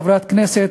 חברת הכנסת